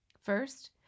First